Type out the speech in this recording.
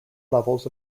levels